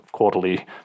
quarterly